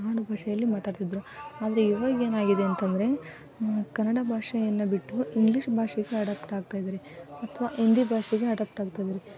ಆಡುಭಾಷೆಯಲ್ಲಿ ಮಾತಾಡ್ತಿದ್ದರು ಆದರೆ ಇವಾಗ ಏನಾಗಿದೆ ಅಂತಂದರೆ ಕನ್ನಡ ಭಾಷೆಯನ್ನು ಬಿಟ್ಟು ಇಂಗ್ಲೀಷ್ ಭಾಷೆಗೆ ಅಡಪ್ಟ್ ಆಗ್ತಾ ಇದ್ದಾರೆ ಅಥವಾ ಹಿಂದಿ ಭಾಷೆಗೆ ಅಡಪ್ಟ್ ಆಗ್ತಾ ಇದ್ದಾರೆ